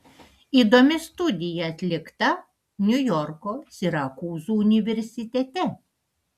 įdomi studija atlikta niujorko sirakūzų universitete